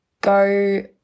go